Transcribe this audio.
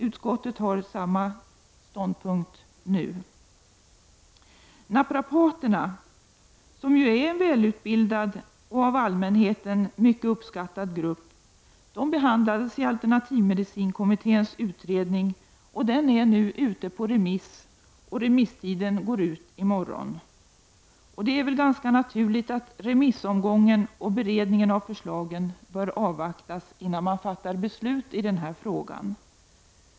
Utskottet har samma ståndpunkt nu. Naprapaterna, som är en välutbildad och av allmänheten mycket uppskattad grupp, behandlades i alternativmedicinkommitténs utredning. Den är nu ute på remiss och remisstiden går ut i morgon. Det är ganska naturligt att remissomgången och beredningen av förslagen bör avvaktas innan man fattar beslut i denna fråga.